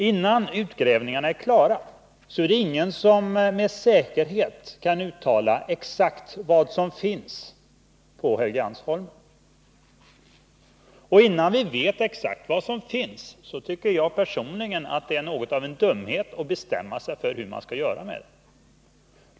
Innan utgrävningarna är klara är det ingen som med säkerhet kan uttala sig om vad som finns på Helgeandsholmen. Innan vi vet exakt vad som finns tycker jag personligen att det är något av en dumhet att bestämma sig för hur man skall göra.